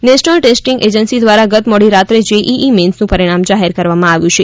national testing agency દ્વારા ગત મોડી રાત્રે જેઇઇ મેઇન્સનું પરિણામ જાહેર કરવામાં આવ્યું છે